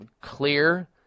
Clear